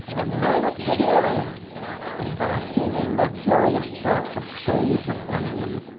and known it for their own and basking in luxurious thoughts of sage and onion,